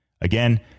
again